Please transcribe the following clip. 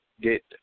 get